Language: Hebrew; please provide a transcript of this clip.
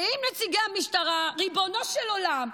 באים נציגי המשטרה, ריבונו של עולם,